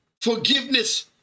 forgiveness